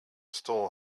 stall